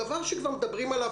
דבר שכבר מדברים עליו,